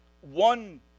one